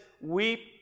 weep